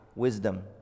wisdom